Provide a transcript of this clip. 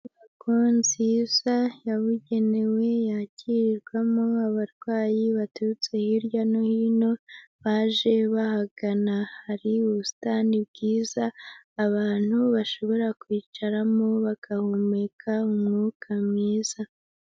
Inyubako nziza yabugenewe yakirirwamo abarwayi baturutse hirya no hino baje bahagana. Hari ubusitani bwiza abantu bashobora kwicaramo bagahumeka umwuka mwiza.